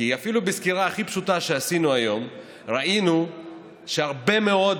כי אפילו בסקירה הכי פשוטה שעשינו היום ראינו שהרבה מאוד